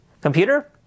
Computer